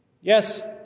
Yes